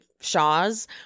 Shaw's